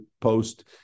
post